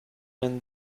when